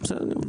בסדר.